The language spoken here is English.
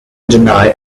deny